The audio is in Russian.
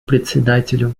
председателю